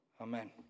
Amen